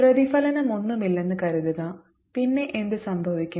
പ്രതിഫലനമൊന്നുമില്ലെന്ന് കരുതുക പിന്നെ എന്ത് സംഭവിക്കും